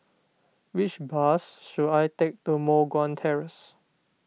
which bus should I take to Moh Guan Terrace